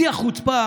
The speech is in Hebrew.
בשיא החוצפה